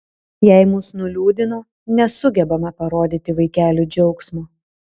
jei mus nuliūdino nesugebame parodyti vaikeliui džiaugsmo